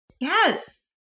Yes